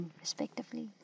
respectively